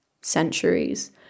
centuries